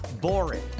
boring